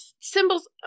Symbols